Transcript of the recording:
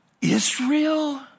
Israel